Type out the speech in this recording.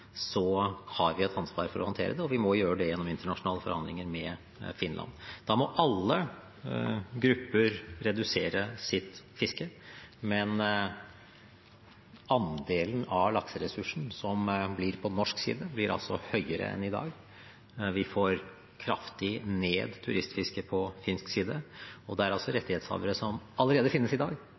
har vi et ansvar for å håndtere det, og vi må gjøre det gjennom internasjonale forhandlinger med Finland. Da må alle grupper redusere sitt fiske. Men andelen av lakseressursen som blir på norsk side, blir høyere enn i dag. Vi får kraftig ned turistfisket på finsk side. Det er altså rettighetshavere som allerede finnes i dag,